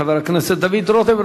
חבר הכנסת דוד רותם.